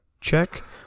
check